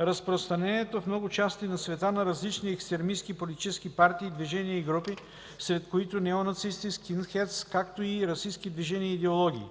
„разпространението в много части на света на различни екстремистки политически партии, движения и групи, сред които неонацисти, скинхедс, както и расистки движения и идеологии”.